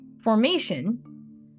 formation